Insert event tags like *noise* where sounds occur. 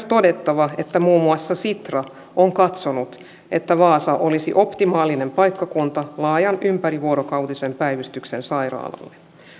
*unintelligible* todettava että muun muassa sitra on katsonut että vaasa olisi optimaalinen paikkakunta laajan ympärivuorokautisen päivystyksen sairaalalle